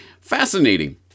Fascinating